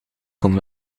kon